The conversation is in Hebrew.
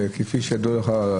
כפי שידוע לך,